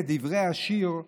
כדברי השיר,